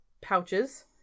pouches